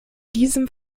diesem